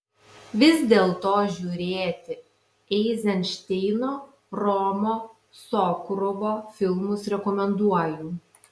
vis dėlto žiūrėti eizenšteino romo sokurovo filmus rekomenduoju